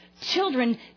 children